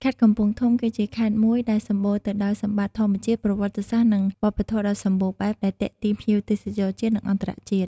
ខេត្តកំពង់ធំ គឺជាខេត្តមួយដែលសម្បូរទៅដោយសម្បត្តិធម្មជាតិ ប្រវត្តិសាស្ត្រ និងវប្បធម៌ដ៏សម្បូរបែប ដែលទាក់ទាញភ្ញៀវទេសចរជាតិ និងអន្តរជាតិ។